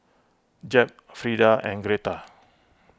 Jeb Frida and Gretta